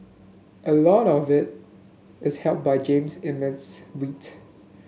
a lot of it is helped by Jean's immense wit